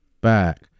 back